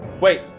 Wait